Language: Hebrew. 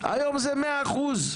היום זה מאה אחוז,